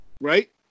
Right